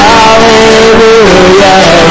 Hallelujah